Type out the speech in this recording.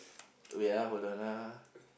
wait ah hold on ah